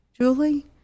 Julie